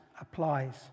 applies